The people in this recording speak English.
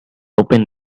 open